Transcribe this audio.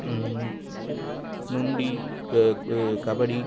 நொண்டி கபடி